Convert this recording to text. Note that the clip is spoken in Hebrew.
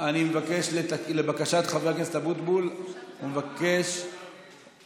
חבר הכנסת אבוטבול מבקש